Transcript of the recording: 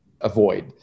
avoid